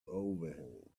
overhead